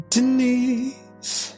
Denise